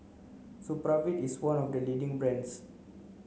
Supravit is one of the leading brands